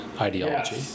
ideology